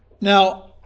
Now